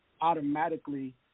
automatically